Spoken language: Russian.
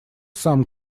сам